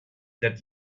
that